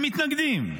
ומתנגדים.